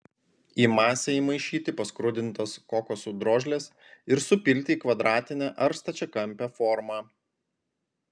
į masę įmaišyti paskrudintas kokosų drožles ir supilti į kvadratinę ar stačiakampę formą